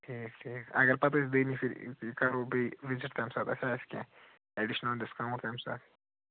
ٹھیٖک ٹھیٖک اگر پتہٕ أسۍ دٔیمہِ پھِرِ یہِ کَرو بیٚیہِ وِزِٹ تَمہِ ساتہٕ آسیٛا اَسہِ کیٛنہہ اٮ۪ڈِشنَل ڈِسکاوُنٛٹ تَمہِ ساتہٕ